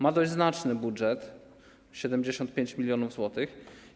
Ma dość znaczny budżet - 75 mln zł.